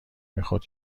میخورد